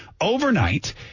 overnight